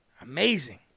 Amazing